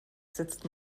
sitzt